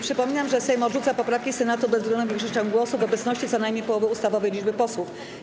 Przypominam, że Sejm odrzuca poprawki Senatu bezwzględną większością głosów w obecności co najmniej połowy ustawowej liczby posłów.